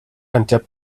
untaped